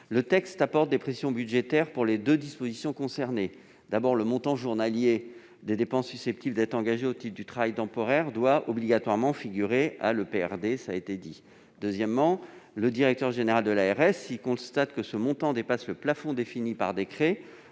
il apporte des précisions budgétaires sur deux points. D'abord, le montant journalier des dépenses susceptibles d'être engagées au titre du travail temporaire devra obligatoirement figurer à l'EPRD. Ensuite, le directeur général de l'ARS, s'il constate que ce montant dépasse le plafond défini par décret,